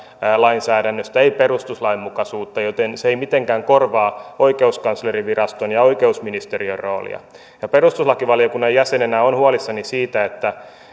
lainsäädännöstä ei perustuslainmukaisuutta joten se ei mitenkään korvaa oikeuskanslerinviraston ja oikeusministeriön roolia perustuslakivaliokunnan jäsenenä olen huolissani siitä ja